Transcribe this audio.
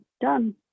done